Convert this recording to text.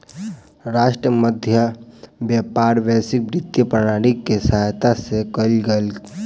राष्ट्रक मध्य व्यापार वैश्विक वित्तीय प्रणाली के सहायता से कयल गेल